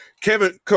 kevin